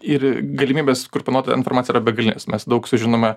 ir galimybės kur panaudot tą informaciją yra begalinės mes daug sužinome